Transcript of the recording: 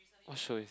what show is that